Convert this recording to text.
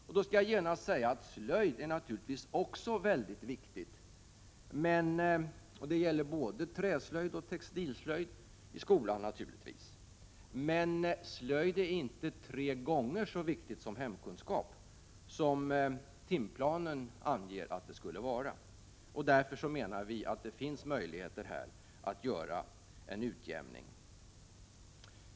Jag vill genast säga att också slöjd naturligtvis är mycket viktig i skolan, oavsett om det är fråga om träslöjd eller textilslöjd, men den är inte tre gånger så viktig som hemkunskap, vilket timplanen antyder skulle vara fallet. Därför menar vi att det finns möjligheter att göra en utjämning.